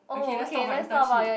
okay let's talk about internship